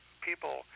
people